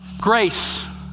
grace